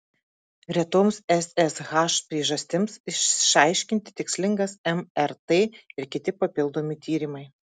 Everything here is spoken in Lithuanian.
retoms ssh priežastims išaiškinti tikslingas mrt ir kiti papildomi tyrimai